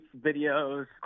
videos